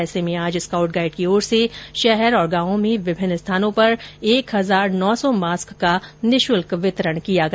ऐसे में आज स्काउट गाइड की ओर से शहर और गांवों में विभिन्न स्थानों पर एक हजार नौ सौ मास्क का निशुल्क वितरण किया गया